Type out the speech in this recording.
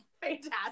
Fantastic